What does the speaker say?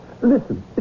Listen